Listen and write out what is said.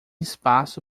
espaço